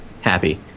Happy